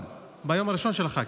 ביום הראשון של החג.